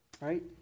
right